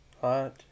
Hot